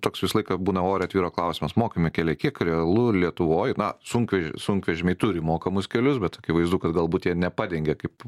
toks visą laiką būna ore tvyro klausimas mokami keliai kiek realu lietuvoj na sunkve sunkvežimiai turi mokamus kelius bet akivaizdu kad galbūt jie nepadengia kaip